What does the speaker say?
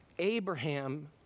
Abraham